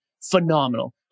Phenomenal